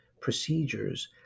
procedures